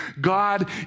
God